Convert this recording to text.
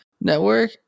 Network